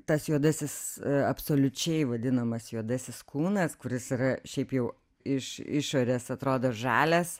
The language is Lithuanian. tas juodasis absoliučiai vadinamas juodasis kūnas kuris yra šiaip jau iš išorės atrodo žalias